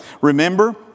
remember